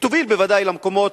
היא תוביל בוודאי למקומות,